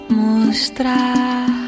mostrar